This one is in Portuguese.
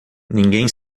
ninguém